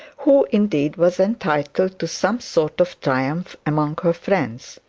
who indeed was entitled to some sort of triumph among her friends.